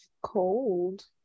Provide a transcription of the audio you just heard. cold